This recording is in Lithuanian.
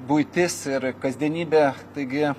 buitis ir kasdienybė taigi